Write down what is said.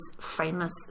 famous